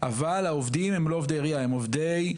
אבל העובדים הם לא עובדי עירייה,